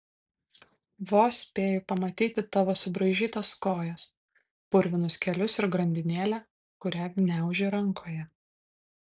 vos spėju pamatyti tavo subraižytas kojas purvinus kelius ir grandinėlę kurią gniauži rankoje